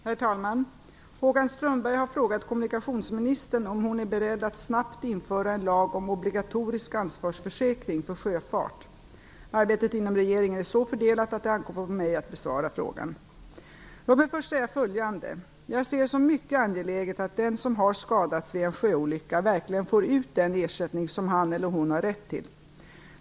Herr talman! Håkan Strömberg har frågat kommunikationsministern om hon är beredd att snabbt införa en lag om obligatorisk ansvarsförsäkring för sjöfart. Arbetet inom regeringen är så fördelat att det ankommer på mig att besvara frågan. Låt mig först säga följande. Jag ser det som mycket angeläget att den som har skadats vid en sjöolycka verkligen får ut den ersättning som han eller hon har rätt till.